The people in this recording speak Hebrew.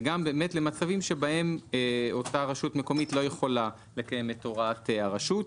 וגם באמת למצבים שבהם אותה רשות מקומית לא יכולה לקיים את הוראת הרשות,